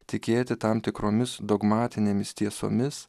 tikėti tam tikromis dogmatinėmis tiesomis